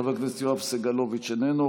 חבר הכנסת יואב סגלוביץ' איננו,